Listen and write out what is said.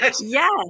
Yes